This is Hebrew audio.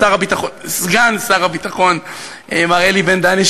סגן שר הביטחון מר אלי בן-דהן,